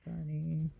funny